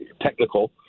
technical